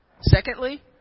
Secondly